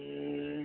ओम